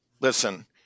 Listen